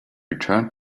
returned